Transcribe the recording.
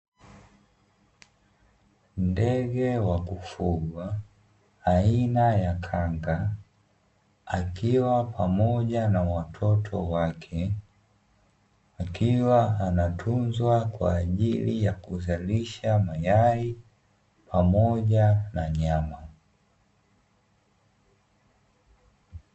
Ndege wa kufungwa, aina ya kanga, akiwa pamoja na watoto wake, akiwa anatuzwa kwa ajili ya kuzalisha mayai pamoja na nyama.